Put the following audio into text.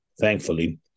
thankfully